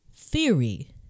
theory